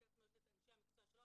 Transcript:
יש לו את אנשי המקצוע שלו,